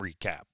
Recap